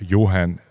Johan